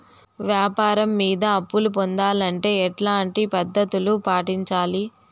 వ్యాపారం మీద అప్పు పొందాలంటే ఎట్లాంటి పద్ధతులు పాటించాలి?